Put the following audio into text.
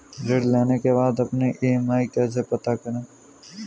ऋण लेने के बाद अपनी ई.एम.आई कैसे पता करें?